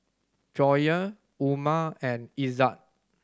Joyah Umar and Izzat